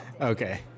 Okay